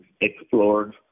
explored